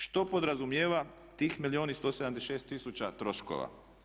Što podrazumijeva tih milijun i 176 tisuća troškova?